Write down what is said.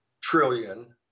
trillion